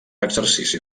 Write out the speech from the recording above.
exercici